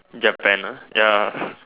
Japan ah ya ah